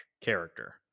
character